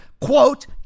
Quote